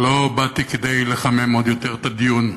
לא באתי כדי לחמם עוד יותר את הדיון.